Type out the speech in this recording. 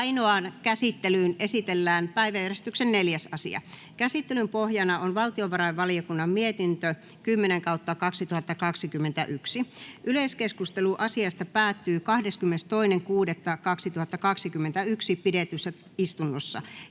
Ainoaan käsittelyyn esitellään päiväjärjestyksen 4. asia. Käsittelyn pohjana on valtiovarainvaliokunnan mietintö VaVM 10/2021 vp. Yleiskeskustelu asiasta päättyi 22.6.2021 pidetyssä istunnossa.